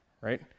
right